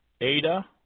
Ada